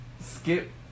Skip